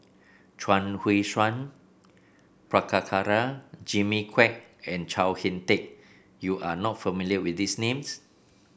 Chuang Hui Tsuan Prabhakara Jimmy Quek and Chao HicK Tin you are not familiar with these names